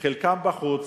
חלקם בחוץ,